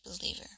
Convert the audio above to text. believer